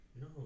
No